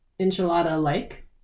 enchilada-like